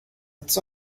its